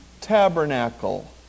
tabernacle